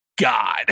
God